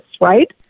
right